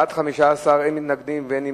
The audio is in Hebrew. בעד, 15, אין מתנגדים ואין נמנעים.